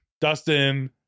dustin